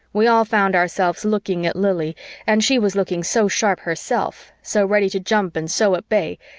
we all found ourselves looking at lili and she was looking so sharp herself, so ready to jump and so at bay,